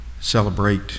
celebrate